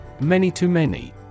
Many-to-many